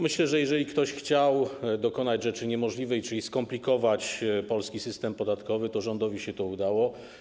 Myślę, że jeżeli ktoś chciał dokonać rzeczy niemożliwej, czyli skomplikować polski system podatkowy, to rządowi się to udało.